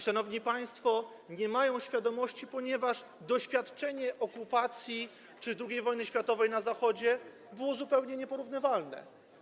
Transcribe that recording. Szanowni państwo, nie mają świadomości, ponieważ doświadczenie okupacji czy II wojny światowej na Zachodzie było zupełnie nieporównywalne.